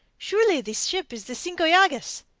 surely this ship is the cinco llagas?